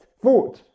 food